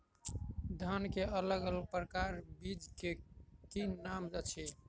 धान अलग अलग प्रकारक बीज केँ की नाम अछि?